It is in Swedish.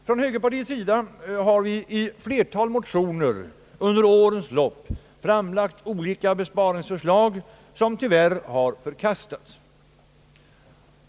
Från högerpartiets sida har vi i ett flertal motioner under årens lopp framlagt olika besparingsförslag, vilka tyvärr har förkastats.